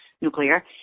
nuclear